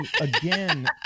again